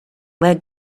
led